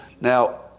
Now